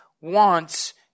wants